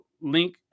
link